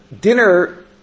dinner